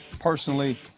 personally